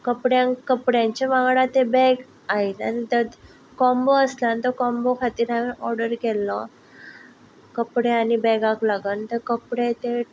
कपड्यांक कपड्यांच्या वांगडा ते बेग आयिल्ले तातूंत कोम्बो आसता आनी तो कोम्बो खातीर हांवें ओर्डर केल्लो कपडे आनी बेगांक लागन ते कपडे ते